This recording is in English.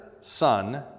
Son